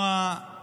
ולשמוע